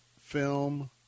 film